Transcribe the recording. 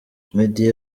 meddy